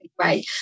right